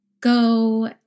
go